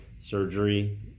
surgery